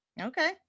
Okay